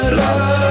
love